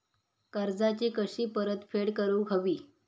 कर्जाची कशी परतफेड करूक हवी?